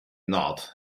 not